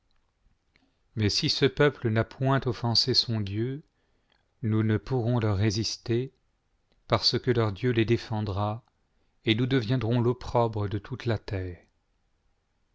mais si ce peuple n'a point offensé sou dieu nous ne pourrons leur résister parce que leur dieu les défendra et nous deviendrons l'opprobre de toute la terre